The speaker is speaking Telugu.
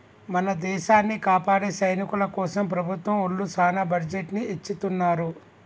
మన దేసాన్ని కాపాడే సైనికుల కోసం ప్రభుత్వం ఒళ్ళు సాన బడ్జెట్ ని ఎచ్చిత్తున్నారు